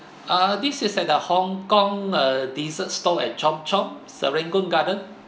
uh this is at the hong kong uh dessert store at chomp chomp serangoon garden